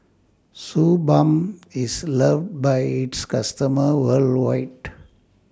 Suu Balm IS loved By its customers worldwide